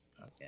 Okay